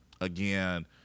again